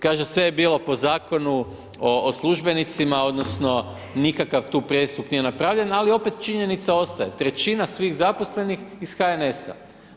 Kaže sve je bilo po Zakonu o službenicima, odnosno nikakav tu prestup nije napravljen ali opet činjenica ostaje, trećina svih zaposlenih iz HNS-a.